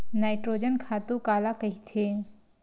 Nitrogen खातु काला कहिथे?